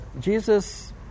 Jesus